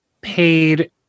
paid